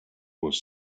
was